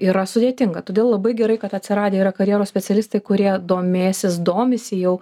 yra sudėtinga todėl labai gerai kad atsiradę yra karjeros specialistai kurie domėsis domisi jau